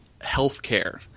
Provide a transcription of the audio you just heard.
healthcare